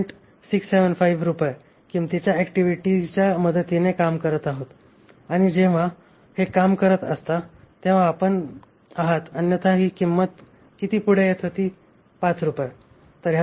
67575 रुपये किंमतीच्या अॅक्टिव्हिटीच्या मदतीने काम करत आहोत आणि आपण जेव्हा हे काम करत असता तेव्हा आपण आहात अन्यथा ही किंमत किती पुढे येत होती 5 रुपये